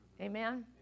Amen